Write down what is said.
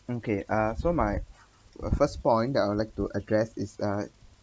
okay uh so my first point that I would like to address is like